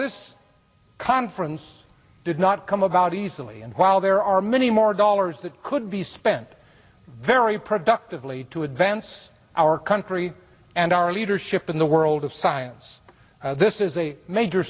this conference did not come about easily and while there are many more dollars that could be spent very productively to advance our country and our leadership in the world of science this is a major